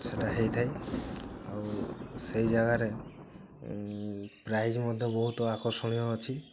ସେଟା ହୋଇଥାଇ ଆଉ ସେଇ ଜାଗାରେ ପ୍ରାଇଜ୍ ମଧ୍ୟ ବହୁତ ଆକର୍ଷଣୀୟ ଅଛି